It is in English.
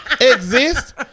exist